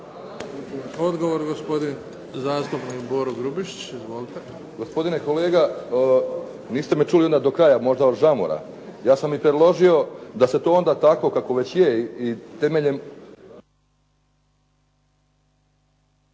Odgovor, gospodin zastupnik Boro Grubišić. Izvolite. **Grubišić, Boro (HDSSB)** Gospodine kolega, niste me čuli onda do kraja, možda i zbog žamora. Ja sam i predložio da se to onda tako kako već je i temeljem